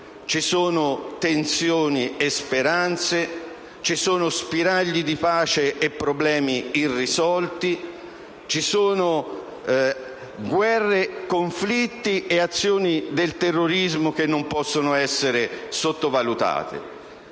Ci sono tensioni e speranze. Ci sono spiragli di pace e problemi irrisolti. Ci sono guerre, conflitti e azioni del terrorismo che non possono essere sottovalutate.